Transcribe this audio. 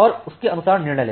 और उसके अनुसार निर्णय ले सके